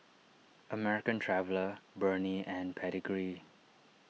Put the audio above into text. American Traveller Burnie and Pedigree